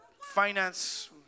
finance